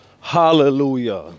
hallelujah